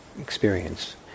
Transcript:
experience